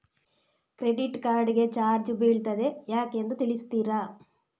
Credit card ಗೆ charge ಬೀಳ್ತಿದೆ ಯಾಕೆಂದು ತಿಳಿಸುತ್ತೀರಾ?